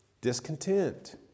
discontent